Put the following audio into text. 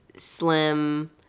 slim